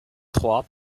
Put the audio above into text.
trois